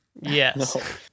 Yes